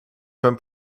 from